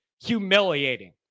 humiliating